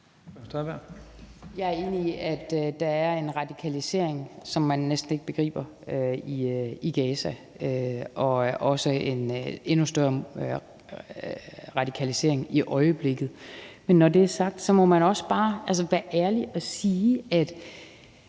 Jeg er enig i, at der er en radikalisering, som man næsten ikke begriber, i Gaza, og også en endnu større radikalisering i øjeblikket. Men når det er sagt, må man også bare være ærlig og sige –